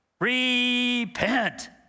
repent